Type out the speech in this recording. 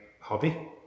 hobby